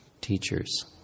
teachers